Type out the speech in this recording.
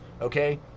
okay